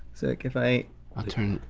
so like if i i'll turn,